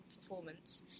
performance